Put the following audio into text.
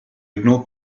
ignore